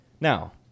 Now